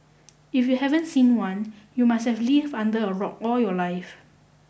if you haven't seen one you must have lived under a rock all your life